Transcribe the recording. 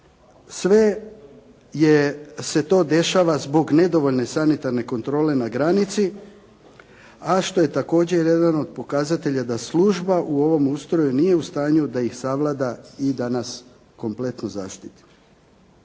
sve se to dešava zbog nedovoljne sanitarne kontrole na granici, a što je također jedan od pokazatelja da služba u ovom ustroju nije u stanju da ih savlada i da nas kompletno zaštiti.